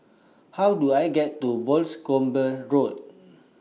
How Do I get to Boscombe Road